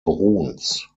bruns